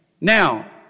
Now